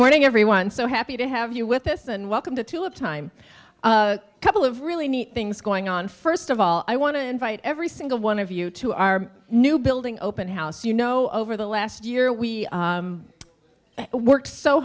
morning everyone so happy to have you with us and welcome to two of time a couple of really neat things going on first of all i want to invite every single one of you to our new building open house you know over the last year we worked so